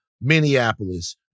Minneapolis